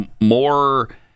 more